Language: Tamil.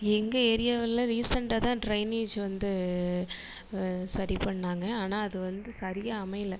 எங்கள் ஏரியாவில் ரீசெண்டாக தான் ட்ரெயினேஜ் வந்து சரி பண்ணிணாங்க ஆனால் அது வந்து சரியாக அமையல